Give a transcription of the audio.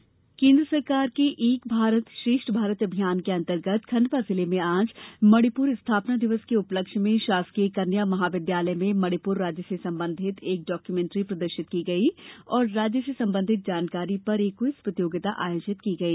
एक भारत श्रेष्ठ भारत केन्द्र सरकार के एक भारत श्रेष्ठ भारत अभियान के अंतर्गत खंडवा जिले में आज मणिपुर स्थापना दिवस के उपलक्ष्य में शासकीय कन्या महाविद्यालय में मणिपुर राज्य से संबंधित एक डॉक्यूमेंट्री प्रदर्शित की गई तथा राज्य से संबंधित जानकारी पर एक क्विज प्रतियोगिता आयोजित की गई